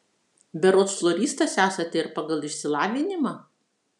berods floristas esate ir pagal išsilavinimą